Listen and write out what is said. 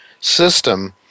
system